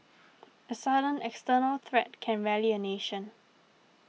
a sudden external threat can rally a nation